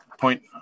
point